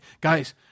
Guys